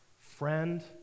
friend